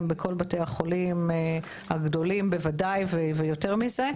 בוודאי בכל בתי החולים הגדולים ויותר מזה.